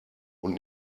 und